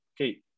Okay